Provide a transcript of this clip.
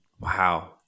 Wow